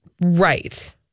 Right